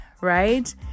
right